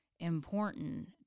important